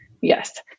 yes